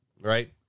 right